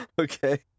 Okay